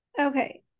Okay